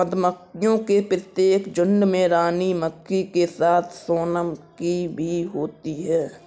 मधुमक्खियों के प्रत्येक झुंड में रानी मक्खी के साथ सोनम की भी होते हैं